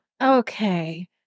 Okay